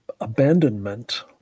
abandonment